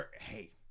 Hey